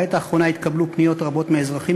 בעת האחרונה התקבלו פניות רבות מאזרחים